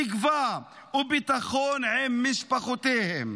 בתקווה ובביטחון עם משפחותיהם.